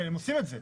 הם עושים את זה,